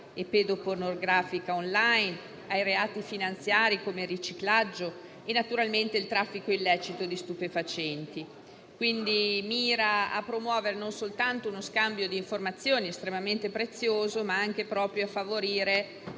e pedopornografica *online*, ai reati finanziari, come il riciclaggio, e naturalmente al traffico illecito di stupefacenti. Mira dunque a promuovere, non soltanto uno scambio di informazioni estremamente prezioso, ma anche a favorire